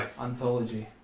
anthology